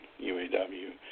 UAW